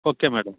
okay madam